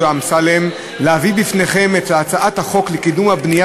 אמסלם להביא בפניכם את הצעת חוק לקידום הבנייה